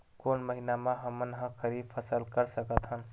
कोन महिना म हमन ह खरीफ फसल कर सकत हन?